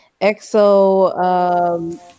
EXO